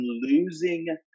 losing